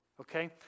Okay